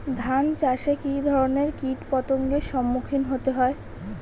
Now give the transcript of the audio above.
ধান চাষে কী ধরনের কীট পতঙ্গের সম্মুখীন হতে হয়?